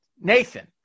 Nathan